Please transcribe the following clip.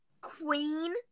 queen